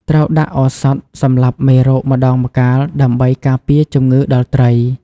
ត្រូវដាក់ឱសថសម្លាប់មេរោគម្តងម្កាលដើម្បីការពារជំងឺដល់ត្រី។